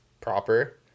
proper